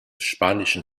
spanischen